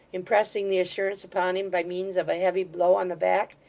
impressing the assurance upon him by means of a heavy blow on the back.